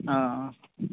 অঁ অঁ